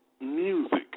music